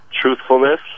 truthfulness